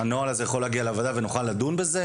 כדי שנוכל לדון בו?